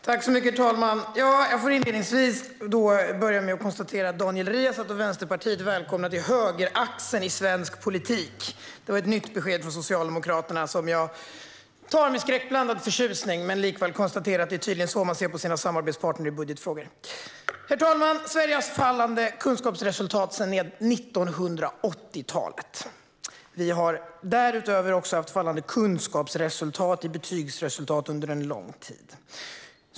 Herr talman! Jag vill inledningsvis konstatera: Daniel Riazat och Vänsterpartiet är välkomna till högeraxeln i svensk politik. Det var ett nytt besked från Socialdemokraterna som jag ser på med skräckblandad förtjusning. Det är tydligen så man ser på sin samarbetspartner i budgetfrågor. Herr talman! Sverige har haft fallande kunskapsresultat sedan 1980-talet. Därutöver har vi också under en lång tid haft fallande kunskapsresultat och betygsresultat.